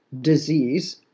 disease